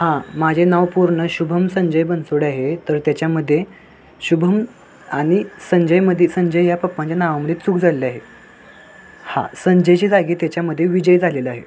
हां माझे नाव पूर्ण शुभम संजय बनसोडे आहे तर त्याच्यामध्ये शुभम आणि संजयमध्ये संजय या पप्पांच्या नावामध्ये चूक झालेले आहे हा संजयच्या जागी त्याच्यामध्ये विजय झालेलं आहे